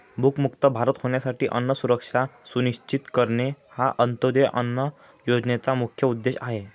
भूकमुक्त भारत होण्यासाठी अन्न सुरक्षा सुनिश्चित करणे हा अंत्योदय अन्न योजनेचा मुख्य उद्देश आहे